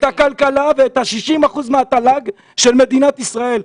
הכלכלה ו-60% מהתל"ג של מדינת ישראל.